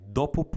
dopo